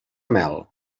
mel